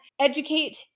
educate